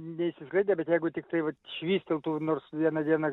neišsiskleidę bet jeigu tiktai švysteltų nors vieną dieną